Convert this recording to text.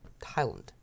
Thailand